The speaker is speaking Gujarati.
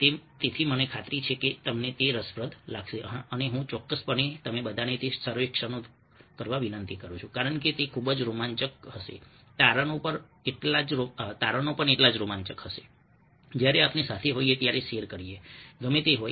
તે તેથી મને ખાતરી છે કે તમને તે રસપ્રદ લાગશે અને હું ચોક્કસપણે તમે બધાને તે સર્વેક્ષણો કરવા વિનંતી કરું છું કારણ કે તે ખૂબ જ રોમાંચક હશે તારણો પણ એટલા જ રોમાંચક હશે જ્યારે આપણે સાથે હોઈએ ત્યારે શેર કરીએ ગમે તે હોય